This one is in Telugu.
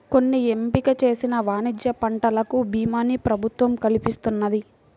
కొన్ని ఎంపిక చేసిన వాణిజ్య పంటలకు భీమాని ప్రభుత్వం కల్పిస్తున్నది